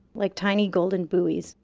like tiny golden buoys